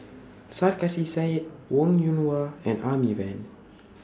Sarkasi Said Wong Yoon Wah and Amy Van